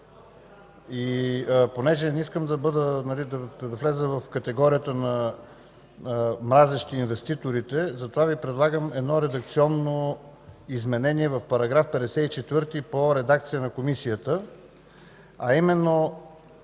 Понеже не искам да вляза в категорията на „мразещи инвеститорите”, Ви предлагам едно редакционно изменение в § 54 по редакцията на Комисията. Именно: